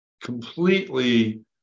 completely